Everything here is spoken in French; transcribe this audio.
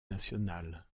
national